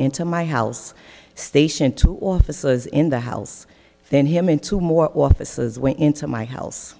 into my house station two offices in the house then him into more offices went into my house